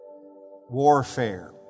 warfare